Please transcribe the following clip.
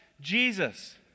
Jesus